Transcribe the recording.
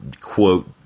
quote